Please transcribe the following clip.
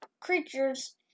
creatures